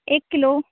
एक किलो